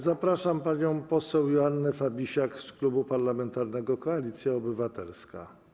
Zapraszam panią poseł Joannę Fabisiak z Klubu Parlamentarnego Koalicja Obywatelska.